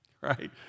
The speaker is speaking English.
right